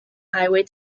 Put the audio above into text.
highway